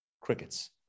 crickets